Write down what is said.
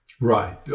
Right